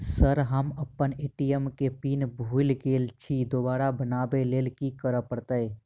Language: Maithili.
सर हम अप्पन ए.टी.एम केँ पिन भूल गेल छी दोबारा बनाबै लेल की करऽ परतै?